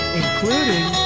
including